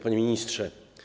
Panie Ministrze!